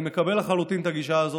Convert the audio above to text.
אני מקבל לחלוטין את הגישה הזאת.